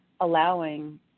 allowing